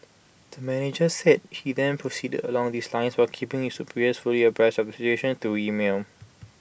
the manager said he then proceeded along these lines while keeping his superiors fully abreast of the situation through email